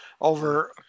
over